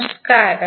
നമസ്കാരം